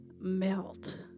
melt